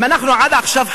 אם אנחנו עד עכשיו חיינו,